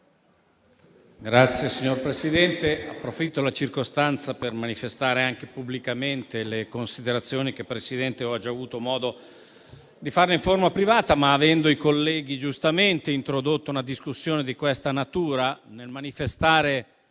Signor Presidente, approfitto della circostanza per manifestare anche pubblicamente le considerazioni che ho già avuto modo di farle in forma privata. Tuttavia, avendo i colleghi giustamente introdotto una discussione di questa natura, nel manifestare